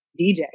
DJ